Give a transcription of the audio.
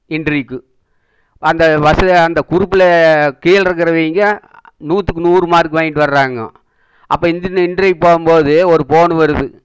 இன்டர்வியூக்கு அந்த அந்த குரூப்பில் கீழ்ருக்கிறவிங்க நூற்றுக்கு நூறு மார்க் வாங்கிகிட்டு வராங்கோ அப்போ இன்ட்ரியூவுக்கு போகும்போது ஒரு ஃபோன் வருது